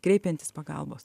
kreipiantis pagalbos